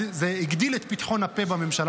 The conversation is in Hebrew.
אז זה הגדיל את פתחון הפה בממשלה.